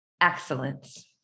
Excellence